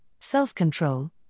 self-control